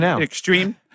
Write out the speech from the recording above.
extreme